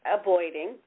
avoiding